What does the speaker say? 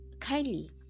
Kindly